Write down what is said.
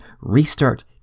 restart